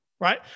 right